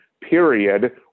period